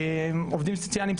עובדים סוציאליים,